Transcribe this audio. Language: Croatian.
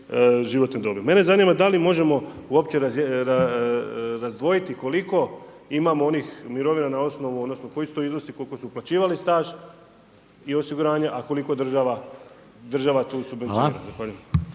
Mene zanima, da li možemo, uopće razdvojiti koliko imamo onih mirovina na osnovu, odnosno, koji su to iznosu koliko su uplaćivali na staž i osiguranja, a koliko država tu subvencionira.